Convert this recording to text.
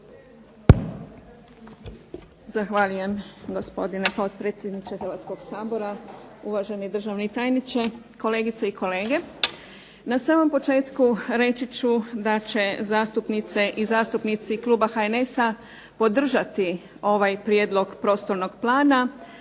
Zahvaljujem gospodine potpredsjedniče Hrvatskog sabora, uvaženi državni tajniče, kolegice i kolege. Na samom početku reći ću da će zastupnice i zastupnici kluba HNS-a podržati ovaj prijedlog prostornog plana.